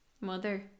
mother